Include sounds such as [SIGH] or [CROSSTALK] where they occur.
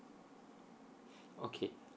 [BREATH] okay